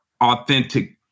authentic